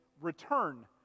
return